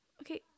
Okay